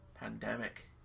pandemic